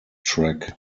track